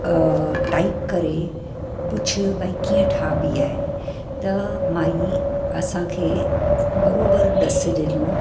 अ type करे पुछ भाई कीअं ठाइबी आहे त माई असांखे बराबरि ॾसि ॾिनो